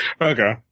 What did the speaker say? Okay